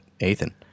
Ethan